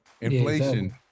Inflation